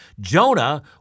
Jonah